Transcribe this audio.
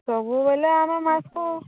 ସବୁବେଳେ ଆମ ମାସକୁ